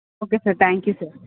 okay sir thank you sir